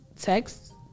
text